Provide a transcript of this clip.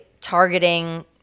targeting